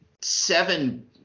seven